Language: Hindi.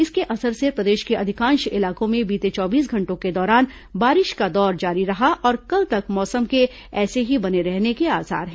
इसके असर से प्रदेश के अधिकांश इलाकों में बीते चौबीस घंटों के दौरान बारिश का दौर जारी रहा और कल तक मौसम के ऐसा ही बने रहने के आसार हैं